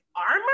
armor